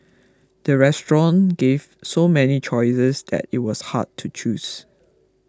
the restaurant gave so many choices that it was hard to choose